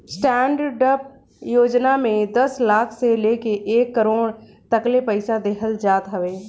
stand up योजना में दस लाख से लेके एक करोड़ तकले पईसा देहल जात हवे